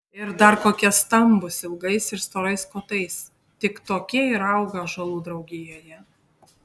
ir dar kokie stambūs ilgais ir storais kotais tik tokie ir auga ąžuolų draugijoje